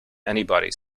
anybody